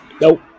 nope